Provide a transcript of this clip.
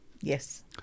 Yes